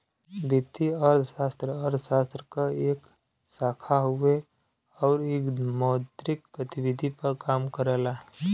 वित्तीय अर्थशास्त्र अर्थशास्त्र क एक शाखा हउवे आउर इ मौद्रिक गतिविधि पर काम करला